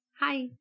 Hi